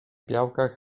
białkach